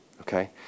okay